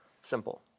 Simple